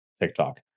TikTok